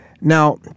Now